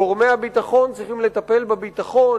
גורמי הביטחון צריכים לטפל בביטחון,